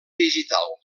digital